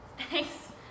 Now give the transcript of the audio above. Thanks